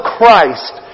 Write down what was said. Christ